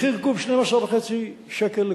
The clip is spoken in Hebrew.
מחיר קוב, 12.5 שקל.